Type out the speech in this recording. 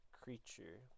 creature